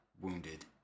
wounded